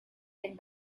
and